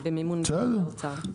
במסגרת- -- בסדר,